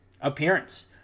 appearance